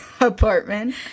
apartment